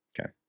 Okay